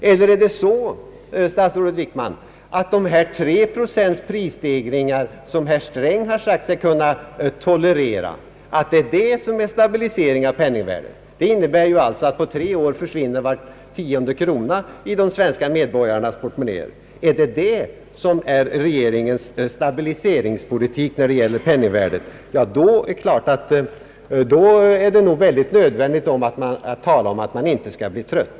Eller är .det så, statsrådet Wickman, att tre procents årlig prisstegring, som herr Sträng sagt sig kunna tolerera, är stabilisering av penningvärdet? Det innebär ju att på tre år försvinner var tionde krona i de svenska medborgarnas portmonnäer. Är detta regeringens stabiliseringspolitik? Då är det nog nödvändigt att tala om att man inte skall bli trött.